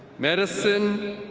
medicine,